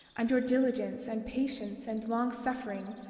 and your diligence, and patience, and long-suffering,